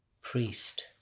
priest